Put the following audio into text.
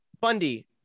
Bundy